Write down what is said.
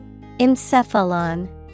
Encephalon